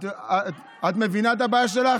אתם יודעים מה זה?